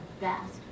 best